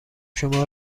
شما